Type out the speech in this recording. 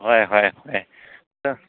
ꯍꯣꯏ ꯍꯣꯏ ꯍꯣꯏ